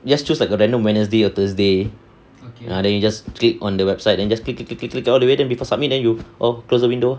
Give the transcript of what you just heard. you just choose like a random wednesday or thursday ah you just click on the website then just click click click click all the way then before submit then you oh close the window